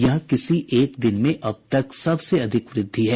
यह किसी एक दिन में अब तक सबसे अधिक वृद्धि है